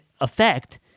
effect